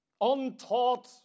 untaught